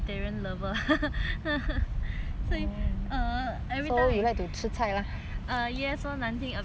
所以 err everytime I yes 说多难听 a bit yes it's all 吃菜 ya